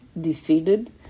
defeated